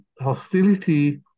hostility